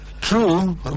true